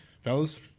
Fellas